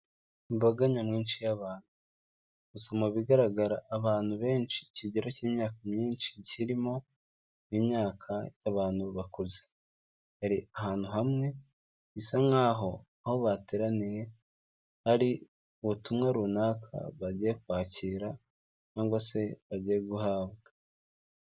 Imbaga nyamwinshi y'abantu gusa mu bigaragara abantu benshi ikigero cy'imyaka myinshi kirimo imyaka y'abantu bakuze, bari ahantu hamwe bisa nkaho aho bateraniye hari ubutumwa runaka bagiye kwakira cyangwa se bagiye guhabwa.